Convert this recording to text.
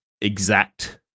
exact